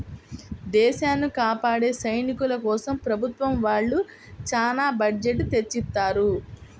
దేశాన్ని కాపాడే సైనికుల కోసం ప్రభుత్వం వాళ్ళు చానా బడ్జెట్ ని తెచ్చిత్తారు